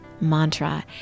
mantra